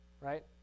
right